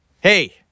Hey